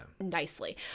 nicely